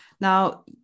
Now